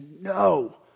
no